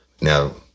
now